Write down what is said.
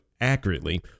accurately